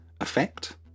effect